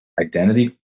identity